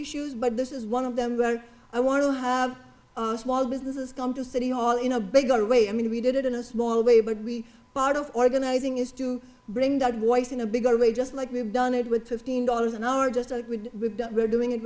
issues but this is one of them where i want to have small businesses come to city hall in a bigger way i mean we did it in a small way but we part of organizing is to bring that voice in a bigger way just like we've done it with fifteen dollars an hour just with we're doing it